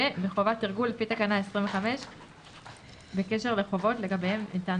ומחובת תרגול לפי תקנה 26 בקשר לחובות לגביהן ניתן